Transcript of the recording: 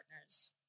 partners